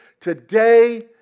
today